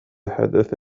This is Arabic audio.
حدث